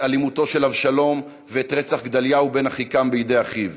את אלימותו של אבשלום ואת רצח גדליהו בן אחיקם בידי אחיו.